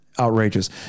outrageous